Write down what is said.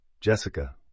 Jessica